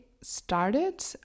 started